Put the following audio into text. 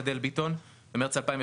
המספרים אומרים את הפעילות, פעילות ענפה.